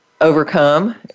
overcome